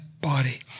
body